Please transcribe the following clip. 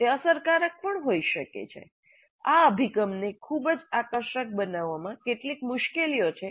તે અસરકારક પણ હોઈ શકે છે આ અભિગમને ખૂબ જ આકર્ષક બનાવવામાં કેટલીક મુશ્કેલીઓ છે